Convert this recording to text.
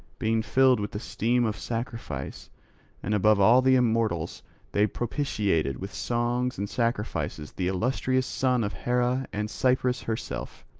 being filled with the steam of sacrifice and above all the immortals they propitiated with songs and sacrifices the illustrious son of hera and cypris herself.